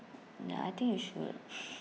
ya I think you should